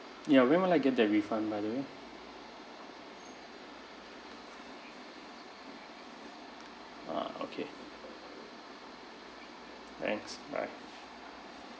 ya when will I get that refund by the way ah okay thanks bye